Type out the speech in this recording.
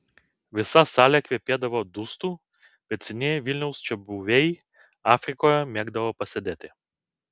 visa salė kvepėdavo dustu bet senieji vilniaus čiabuviai afrikoje mėgdavo pasėdėti